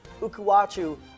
Ukuwachu